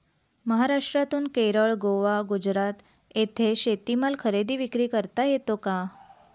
महाराष्ट्रातून केरळ, गोवा, गुजरात येथे शेतीमाल खरेदी विक्री करता येतो का?